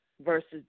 versus